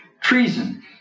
treason